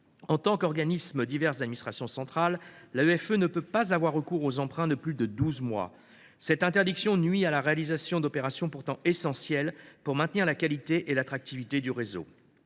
En tant qu’organisme divers d’administration centrale, l’AEFE ne peut pas avoir recours aux emprunts de plus de douze mois. Cette interdiction nuit à la réalisation d’opérations pourtant essentielles au maintien de la qualité et de l’attractivité du réseau.